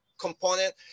component